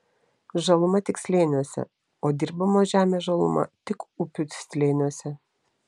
žaluma tik slėniuose o dirbamos žemės žaluma tik upių slėniuose